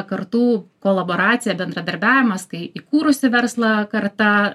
kartų kolaboracija bendradarbiavimas kai įkūrusi verslą karta